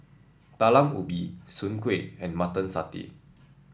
Talam Ubi Soon Kway and Mutton Satay